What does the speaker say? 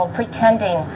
pretending